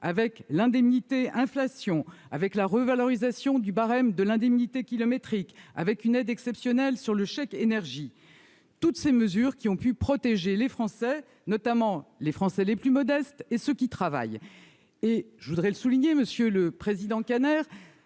avec l'indemnité inflation, avec la revalorisation du barème de l'indemnité kilométrique, avec une aide exceptionnelle sur le chèque énergie, autant de mesures qui ont protégé les Français, notamment les plus modestes et ceux qui travaillent. Monsieur le président Kanner,